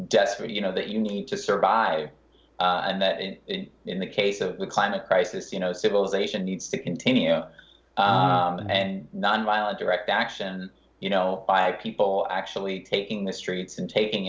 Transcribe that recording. know that you need to survive and that in the case of the climate crisis you know civilization needs to continue and nonviolent direct action you know by people actually taking the streets and taking